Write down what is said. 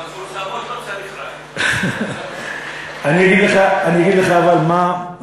ברכה, מהמפורסמות שלא צריך, אני אגיד לך מה כן.